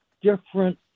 different